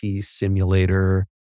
simulator